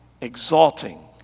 exalting